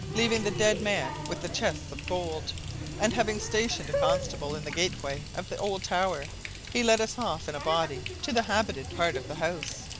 leaving the dead man with the chests of gold and having stationed a constable in the gateway of the old tower, he led us off in a body to the habited part of the house.